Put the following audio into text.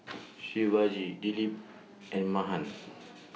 Shivaji Dilip and Mahan